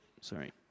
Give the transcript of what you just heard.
sorry